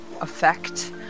effect